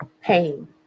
pain